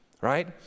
right